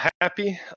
happy